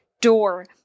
door